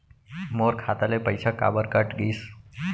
मोर खाता ले पइसा काबर कट गिस?